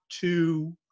two